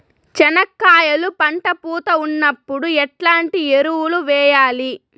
చెనక్కాయలు పంట పూత ఉన్నప్పుడు ఎట్లాంటి ఎరువులు వేయలి?